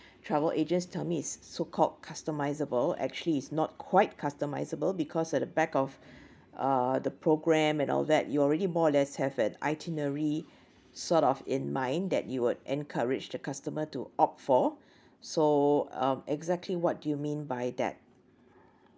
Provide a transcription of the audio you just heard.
travel agents tell me is so called customisable actually is not quite customisable because at the back of uh the programme and all that you already more or less have an itinerary sort of in mind that you would encourage the customer to opt for so um exactly what do you mean by that